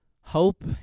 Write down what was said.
Hope